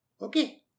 Okay